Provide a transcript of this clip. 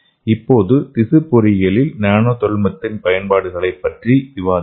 இப்போது திசு பொறியியலில் நானோ தொழில்நுட்பத்தின் பயன்பாடுகளைப் பற்றி விவாதிப்போம்